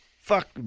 Fuck